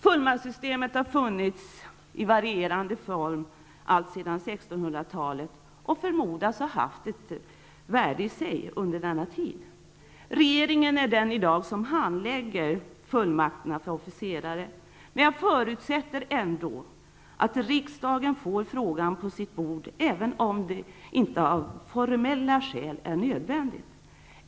Fullmaktssystemet har funnits i varierande form alltsedan 1600-talet och förmodas ha haft ett värde i sig under denna tid. Regeringen är den som i dag handlägger fullmakterna för officerare, men jag förutsätter ändå att riksdagen får frågan på sitt bord, även om det inte av formella skäl är nödvändigt.